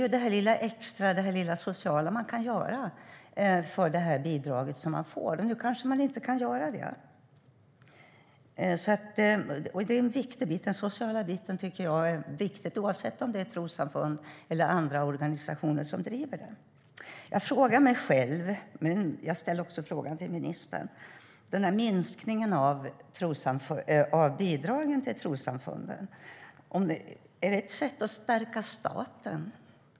Men det lilla extra, det sociala, man kan göra för bidraget kanske man inte kan göra nu. Det är en viktig bit - den sociala biten tycker jag är viktig, oavsett om det är trossamfund eller andra organisationer som driver den. Jag frågar mig själv, men jag ställer också frågan till ministern: Minskningen av bidragen till trossamfunden, är det ett sätt att stärka staten?